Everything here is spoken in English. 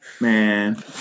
Man